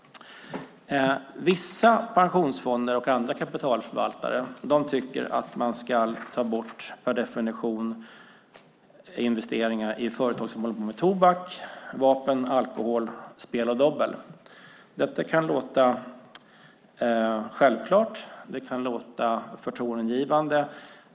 Vissa pensionsfonder och andra kapitalförvaltare tycker att man per definition ska ta bort investeringar i företag som håller på med tobak, vapen, alkohol samt spel och dobbel. Det kan låta självklart, och det kan låta förtroendeingivande.